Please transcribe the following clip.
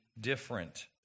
different